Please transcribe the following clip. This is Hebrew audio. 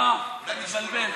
לא, אתה מתבלבל,